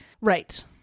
Right